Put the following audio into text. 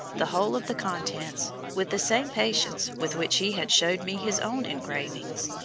the whole of the contents, with the same patience, with which he had showed me his own engravings.